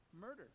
murdered